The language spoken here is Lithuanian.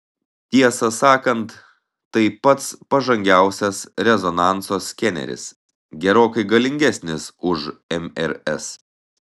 tiesą sakant tai pats pažangiausias rezonanso skeneris gerokai galingesnis už mrs